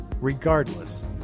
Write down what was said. regardless